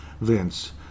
Vince